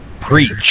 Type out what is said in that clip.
Preach